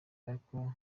ariko